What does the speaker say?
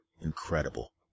Incredible